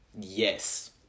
Yes